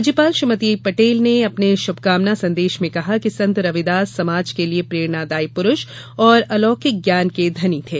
राज्यपाल श्रीमती पटेल ने अपने श्भकामना संदेश में कहा कि संत रविदास समाज के लिये प्रेरणादायी पुरूष और अलौकिक ज्ञान के धनी थे